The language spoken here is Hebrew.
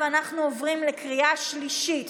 אנחנו עוברים לקריאה שלישית.